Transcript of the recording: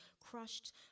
crushed